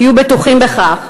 תהיו בטוחים בכך.